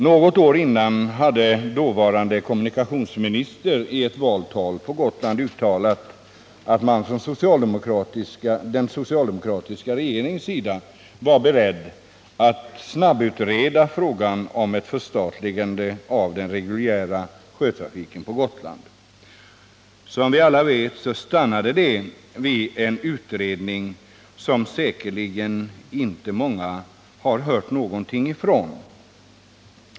Något år tidigare hade dåvarande kommunikationsministern i ett valtal på Gotland uttalat att den socialdemokratiska regeringen var beredd att snabbutreda frågan om ett förstatligande av den reguljära sjötrafiken på Gotland. Som vi alla vet stannade det vid en utredning, som säkerligen inte många har hört någonting ifrån.